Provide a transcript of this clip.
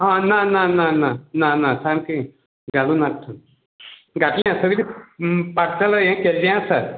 हा ना ना ना ना ना ना सारकें घालूं ना थंय घातलें आसा पार्सल हें केल्लें आसात